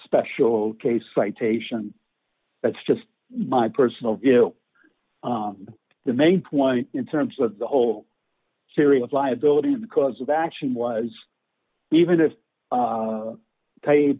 special case citation that's just my personal view on the main point in terms of the whole serious liability the cause of action was even if